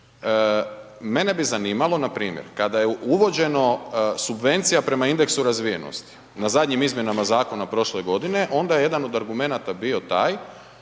mene bi zanimalo npr. kada je uvođeno subvencija prema indeksu razvijenosti na zadnjim izmjenama zakona prošle godine, onda je jedan od argumenata bio taj